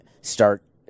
start